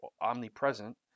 omnipresent